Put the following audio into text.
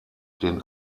den